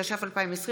התש"ף 2020,